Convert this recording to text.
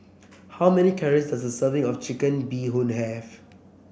how many calories does a serving of Chicken Bee Hoon have